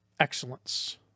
excellence